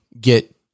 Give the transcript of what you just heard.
get